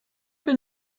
been